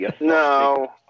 No